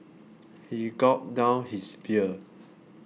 he gulped down his beer